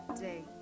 day